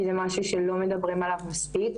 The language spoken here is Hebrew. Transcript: כי זה משהו שלא מדברים עליו מספיק